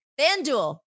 FanDuel